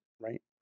right